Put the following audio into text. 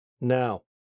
Now